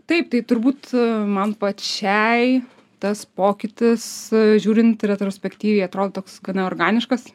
taip tai turbūt man pačiai tas pokytis žiūrint retrospektyviai atrodo toks neorganiškas